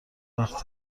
وقت